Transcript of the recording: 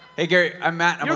hey, gary, i'm matt, i mean